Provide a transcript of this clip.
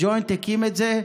הג'וינט הקים את זה,